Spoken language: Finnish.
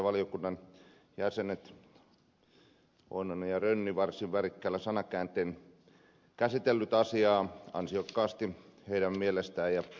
valiokunnan jäsenet edustajat pertti oinonen ja rönni varsin värikkäin sanankääntein käsittelivät asiaa ansiokkaasti heidän mielestään